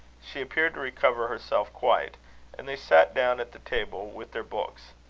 she appeared to recover herself quite and they sat down at the table with their books.